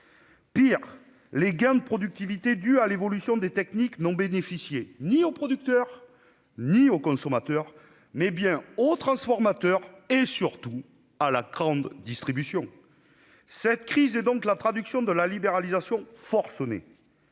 Pis, les gains de productivité dus à l'évolution des techniques n'ont bénéficié ni aux producteurs ni aux consommateurs ; seuls les transformateurs et, surtout, la grande distribution en ont tiré profit. Cette crise est donc la traduction de la libéralisation forcenée.